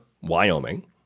Wyoming